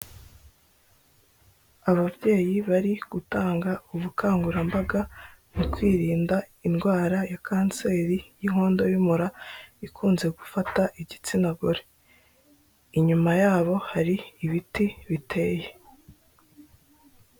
Ababyeyi bari gutanga ubukangurambaga mu kwirinda indwara ya kanseri y'inkondo y'umura ikunze gufata igitsina gore. Inyuma yabo hari ibiti biteye.